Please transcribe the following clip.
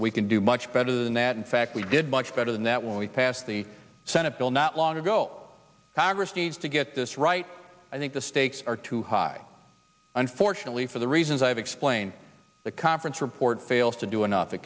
we can do much better than that in fact we did much better that when we passed the senate bill not long ago congress needs to get this right i think the stakes are too high unfortunately for the reasons i've explained the conference report fails to do enough to